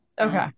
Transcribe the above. Okay